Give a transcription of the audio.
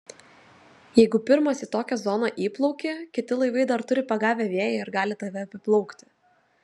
jeigu pirmas į tokią zoną įplauki kiti laivai dar turi pagavę vėją ir gali tave apiplaukti